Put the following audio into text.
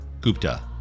Gupta